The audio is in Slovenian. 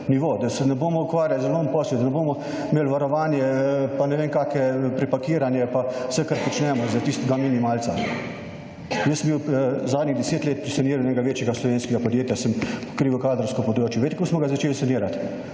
da se ne bomo ukvarjali z manj posla, da ne bomo imeli varovanje pa ne vem kakšne prepakiranje pa vse kar počnemo za tistega minimalca. Jaz sem bil zadnjih deset let pri saniranju enega večjega slovenskega podjetja, sem pokrival kadrovsko področje. Veste kako smo ga začeli solirati?